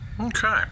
okay